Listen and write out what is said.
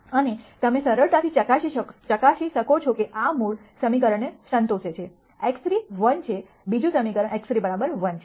અને તમે સરળતાથી ચકાસી શકો છો કે આ મૂળ સમીકરણને સંતોષે છે x3 1 છે બીજું સમીકરણ x3 1 છે